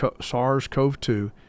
SARS-CoV-2